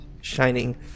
shining